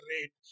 rate